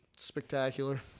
spectacular